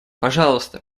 пожалуйста